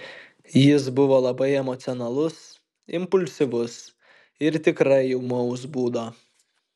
jis buvo labai emocionalus impulsyvus ir tikrai ūmaus būdo